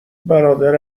برادر